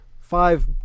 Five